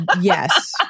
yes